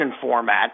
format